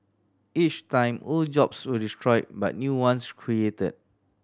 each time old jobs were destroyed but new ones created